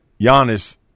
Giannis